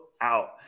out